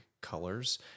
colors